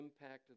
impact